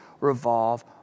revolve